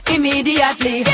Immediately